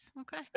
Okay